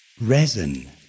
Resin